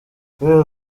kubera